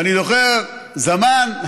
ואני זוכר מזמן,